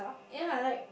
ya like